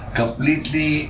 completely